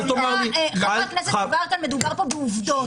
בעובדות.